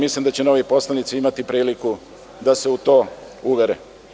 Mislim da će novi poslanici imati priliku da se u to uvere.